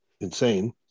insane